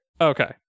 okay